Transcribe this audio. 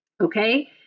okay